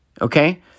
Okay